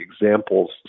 examples